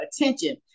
attention